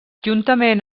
juntament